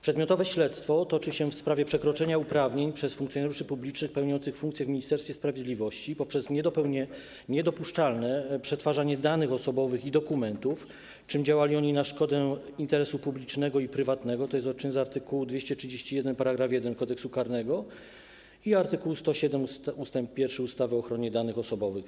Przedmiotowe śledztwo toczy się w sprawie przekroczenia uprawnień przez funkcjonariuszy publicznych pełniących funkcje w Ministerstwie Sprawiedliwości poprzez niedopuszczalne przetwarzanie danych osobowych i dokumentów, czym działali oni na szkodę interesu publicznego i prywatnego, tj. o czyn z art. 231 § 1 Kodeksu karnego i art. 107 ust. 1 ustawy o ochronie danych osobowych.